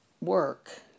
work